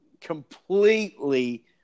completely